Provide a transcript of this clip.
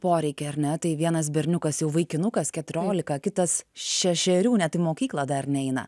poreikiai ar ne tai vienas berniukas jau vaikinukas keturiolika kitas šešerių net į mokyklą dar neina